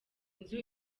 inzu